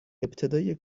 ابتدای